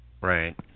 Right